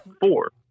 four